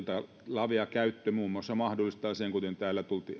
lavea käyttö mahdollistaa muun muassa sen kuten täällä